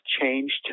changed